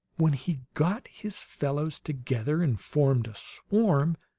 when he got his fellows together and formed a swarm,